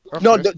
No